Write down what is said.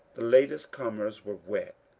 the latest comers were wet.